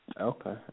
Okay